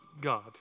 God